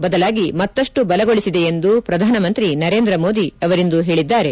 ಬದಲಾಗಿ ಮತ್ತಷ್ಟು ಬಲಗೊಳಿಸಿದೆ ಎಂದು ಪ್ರಧಾನಿ ನರೇಂದ್ರ ಮೋದಿ ಅವರಿಂದು ಹೇಳಿದ್ದಾರೆ